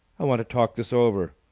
i want to talk this over.